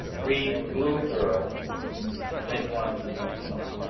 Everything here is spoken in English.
read blue girl and then go on to the next line.